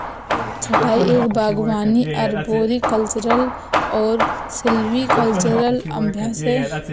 छंटाई एक बागवानी अरबोरिकल्चरल और सिल्वीकल्चरल अभ्यास है